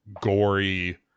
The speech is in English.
gory